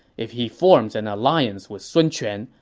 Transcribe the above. if he forms an alliance with sun quan,